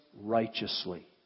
righteously